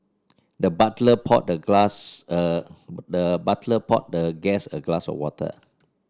the butler poured the glass a the butler poured the guest a glass of water